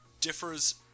differs